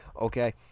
Okay